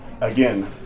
again